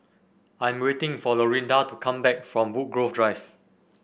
I am waiting for Lorinda to come back from Woodgrove Drive